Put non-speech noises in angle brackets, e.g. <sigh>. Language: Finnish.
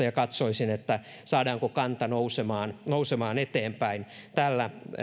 <unintelligible> ja katsoisin saadaanko kanta nousemaan nousemaan tällä